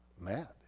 mad